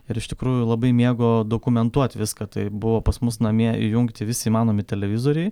ir iš tikrųjų labai mėgo dokumentuot viską tai buvo pas mus namie įjungti visi įmanomi televizoriai